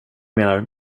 menar